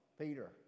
Peter